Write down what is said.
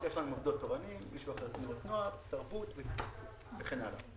יש מוסדות תורניים, תרבות וכן הלאה.